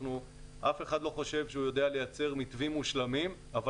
אף אחד לא חושב שהוא יודע לייצר מתווים מושלמים אבל